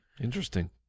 Interesting